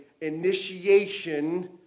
initiation